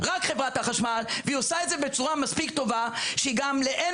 רק חברת החשמל והיא עושה את זה בצורה מספיק טובה שהיא גם לאין